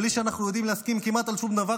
בלי שאנחנו יודעים להסכים כמעט על שום דבר,